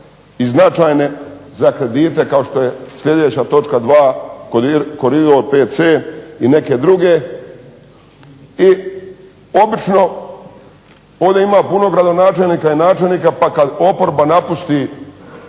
i značajne za kredite kao što je sljedeća točka 2, koridor 5C i neke druge. I obično ovdje ima puno gradonačelnika i načelnika pa kad oporba napusti